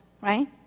right